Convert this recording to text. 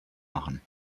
machen